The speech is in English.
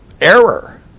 error